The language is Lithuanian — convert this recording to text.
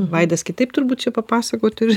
vaidas kitaip turbūt čia papasakotų